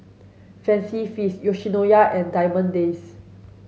Fancy Feast Yoshinoya and Diamond Days